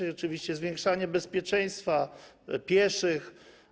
Chodzi oczywiście o zwiększanie bezpieczeństwa pieszych.